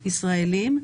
ישראלים,